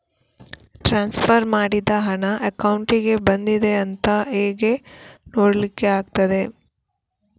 Transfer ಮಾಡಿದ ಹಣ ಅಕೌಂಟಿಗೆ ಬಂದಿದೆ ಅಂತ ಹೇಗೆ ನೋಡ್ಲಿಕ್ಕೆ ಆಗ್ತದೆ?